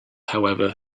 however